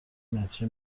نتیجه